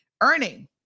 earning